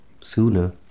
sooner